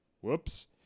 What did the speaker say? whoops